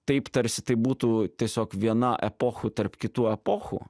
taip tarsi tai būtų tiesiog viena epochų tarp kitų epochų